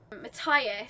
Matthias